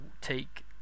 take